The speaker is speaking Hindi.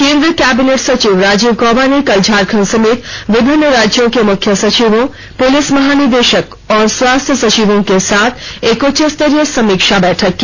केंद्रीय कैबिनेट सचिव राजीव गौबा ने कल झारखंड समेत विभिन्न राज्यों के मुख्य सचिवों पुलिस महानिदेशक और स्वास्थ्य सचिवों के साथ एक उच्चस्तरीय समीक्षा बैठक की